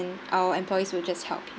our employees will just help you